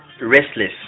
restless